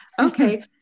okay